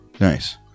nice